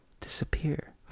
disappear